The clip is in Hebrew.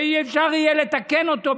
שאי-אפשר יהיה לתקן אותו,